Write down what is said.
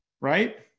right